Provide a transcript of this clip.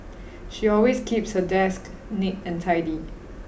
she always keeps her desk neat and tidy